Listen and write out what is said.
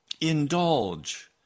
indulge